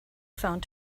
found